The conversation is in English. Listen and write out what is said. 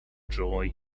joy